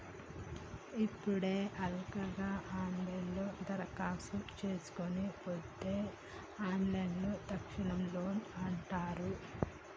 ఇప్పుడు హల్కగా ఆన్లైన్లోనే దరఖాస్తు చేసుకొని పొందే లోన్లను తక్షణ లోన్ అంటారు